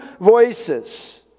voices